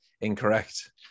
incorrect